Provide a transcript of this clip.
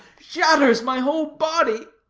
shatters my whole body.